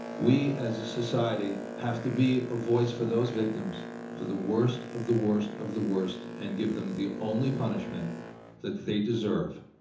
we as a society have to be a voice for those victims for the worst of the worst of the worst and give them the only punishment that they deserve,